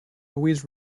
always